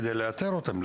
כדי לאתר אותם,